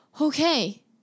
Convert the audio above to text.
okay